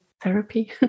therapy